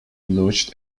lodged